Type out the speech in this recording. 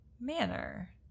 manner